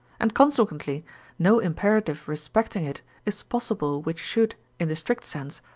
and consequently no imperative respecting it is possible which should, in the strict sense,